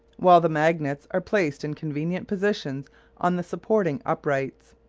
while the magnets are placed in convenient positions on the supporting uprights.